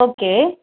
okay